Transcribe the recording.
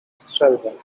strzelbę